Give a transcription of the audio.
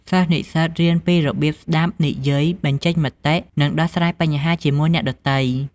សិស្សនិស្សិតរៀនពីរបៀបស្តាប់ និយាយ បញ្ចេញមតិ និងដោះស្រាយបញ្ហាជាមួយអ្នកដទៃ។